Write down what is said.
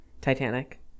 Titanic